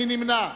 מי נמנע?